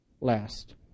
Last